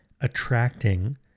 attracting